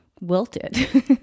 wilted